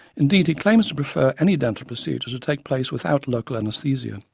indeed he claims to prefer any dental procedure to to take place without local anaesthesia,